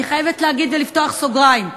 אני חייבת להגיד ולפתוח סוגריים,